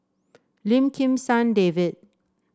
Lim Kim San David